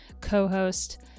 co-host